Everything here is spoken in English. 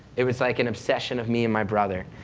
it was like an obsession of me and my brother,